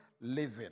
living